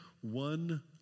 One